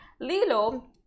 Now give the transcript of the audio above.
Lilo